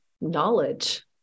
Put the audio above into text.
knowledge